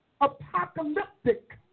apocalyptic